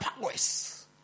powers